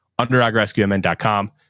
UnderdogRescueMN.com